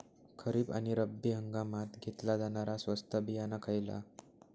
खरीप आणि रब्बी हंगामात घेतला जाणारा स्वस्त बियाणा खयला?